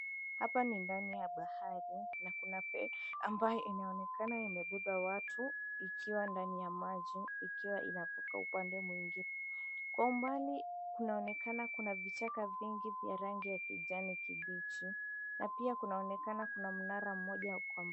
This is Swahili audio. Hapa ni ndani ya bahari na kuna feri ambayo inaonekana imebeba watu ikiwa ndani ya maji ikiwa inavuka upande mwingine. Kwa umbali kunaonekana kuna vichaka vingi vya rangi ya kijani kibichi na pia kunaonekana kuna mnara mmoja.